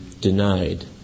denied